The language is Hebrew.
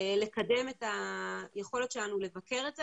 לקדם את היכולת שלנו לבקר את זה.